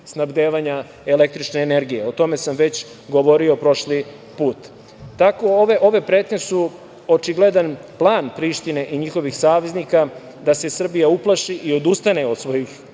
snabdevanja električne energije. O tome sam već govorio prošli put. Ove pretnje su očigledan plan Prištine i njihovih saveznika da se Srbija uplaši i odustane od svojih